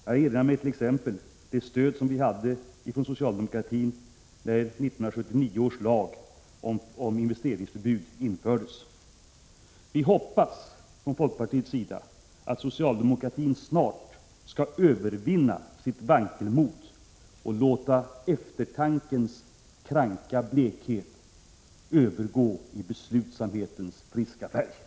Jag erinrar mig ett exempel: det stöd som vi fick från socialdemokratin när 1979 års lag om investeringsförbud infördes. Från folkpartiets sida hoppas vi att socialdemokratin snart skall övervinna sitt vankelmod och låta eftertankens kranka blekhet övergå i beslutsamhetens friska färg.